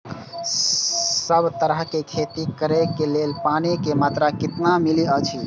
सब तरहक के खेती करे के लेल पानी के मात्रा कितना मिली अछि?